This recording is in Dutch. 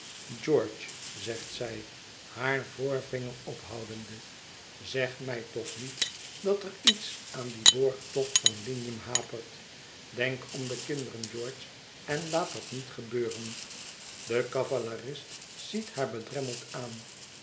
george zegt zij haar voorvinger ophoudende zeg mij toch niet dat er iets aan dien borgtocht van lignum hapert denk om de kinderen george en laat dat niet gebeuren de cavalerist ziet haar bedremmeld aan